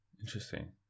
interesting